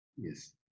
yes